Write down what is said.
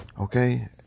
okay